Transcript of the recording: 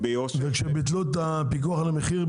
וכשביטלו את הפיקוח על המחיר,